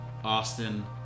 Austin